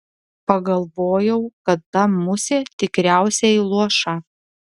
pagalvojau kad ta musė tikriausiai luoša